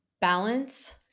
balance